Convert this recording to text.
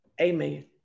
Amen